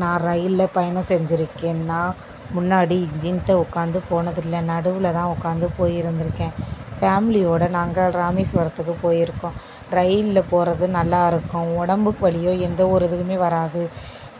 நான் ரயிலில் பயணம் செஞ்சியிருக்கேன் நான் முன்னாடி இன்ஜின்கிட்ட உட்காந்து போனது இல்லை நடுவில் தான் உட்காந்து போயிருந்துருக்கேன் ஃபேமிலியோட நாங்கள் ராமேஸ்வரத்துக்கு போயிருக்கோம் ரயிலில் போகிறது நல்லா இருக்கும் உடம்புக்கு வலியோ எந்த ஒரு இதுவுமே வராது